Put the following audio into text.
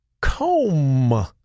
comb